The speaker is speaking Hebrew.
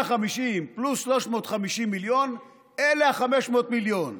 150 פלוס 350 מיליון אלה ה-500 מיליון.